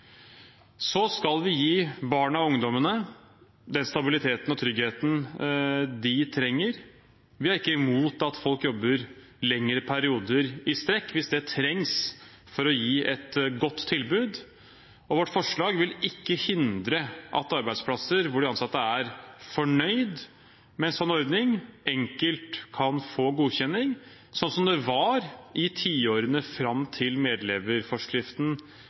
skal gi barna og ungdommene den stabiliteten og tryggheten de trenger. Vi er ikke imot at folk jobber lengre perioder i strekk hvis det trengs for å gi et godt tilbud. Vårt forslag vil ikke hindre at arbeidsplasser hvor de ansatte er fornøyd med en sånn ordning, enkelt kan få godkjenning, sånn som det var i tiårene fram til